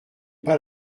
pas